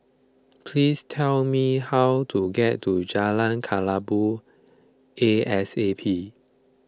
please tell me how to get to Jalan Kelabu A S A P